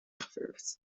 geverfd